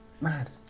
mad